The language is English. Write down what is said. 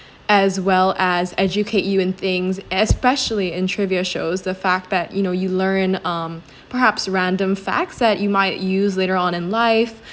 as well as educate you in things especially in trivia shows the fact that you know you learn um perhaps random facts that you might use later on in life